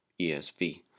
ESV